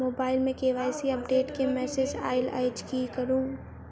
Mobile मे KYC update केँ message आइल अछि की करू?